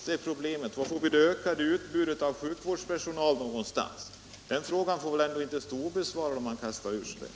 Och varifrån får vi det ökade utbudet av sjukvårdspersonal? Kastar man ur sig sådana påståenden, får man väl ändå inte lämna den frågan obesvarad.